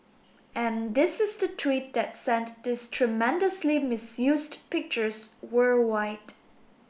and this is the tweet that sent these tremendously misused pictures worldwide